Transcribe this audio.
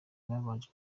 babanje